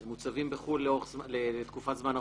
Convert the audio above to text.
הם מוצבים בחו"ל לתקופת זמן ארוכה,